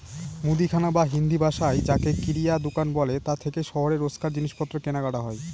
মুদিখানা বা হিন্দিভাষায় যাকে কিরায়া দুকান বলে তা থেকেই শহরে রোজকার জিনিসপত্র কেনাকাটা হয়